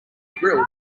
grill